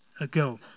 ago